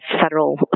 federal